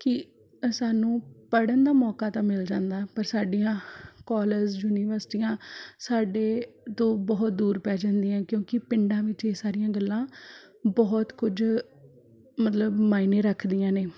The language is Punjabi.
ਕਿ ਸਾਨੂੰ ਪੜ੍ਹਨ ਦਾ ਮੌਕਾ ਤਾਂ ਮਿਲ ਜਾਂਦਾ ਪਰ ਸਾਡੀਆਂ ਕੋਲੇਜ ਯੂਨੀਵਰਸਿਟੀਆਂ ਸਾਡੇ ਤੋਂ ਬਹੁਤ ਦੂਰ ਪੈ ਜਾਂਦੀਆਂ ਕਿਉਂਕਿ ਪਿੰਡਾਂ ਵਿੱਚ ਇਹ ਸਾਰੀਆਂ ਗੱਲਾਂ ਬਹੁਤ ਕੁਝ ਮਤਲਬ ਮਾਇਨੇ ਰੱਖਦੀਆਂ ਨੇ